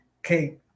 okay